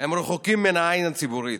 הם רחוקים מן העין הציבורית,